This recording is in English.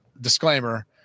disclaimer